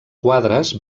quadres